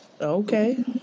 Okay